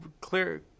clear